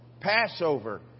Passover